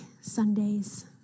Sundays